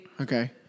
Okay